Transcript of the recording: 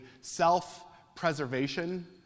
self-preservation